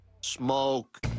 Smoke